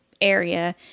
area